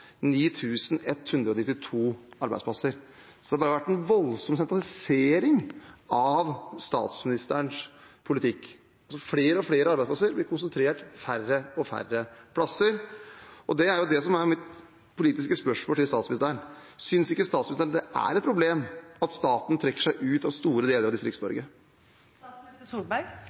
arbeidsplasser. Så det har vært en voldsom sentralisering med statsministerens politikk – flere og flere arbeidsplasser blir konsentrert på færre og færre plasser. Mitt politiske spørsmål til statsministeren er: Synes ikke statsministeren det er et problem at staten trekker seg ut av store deler av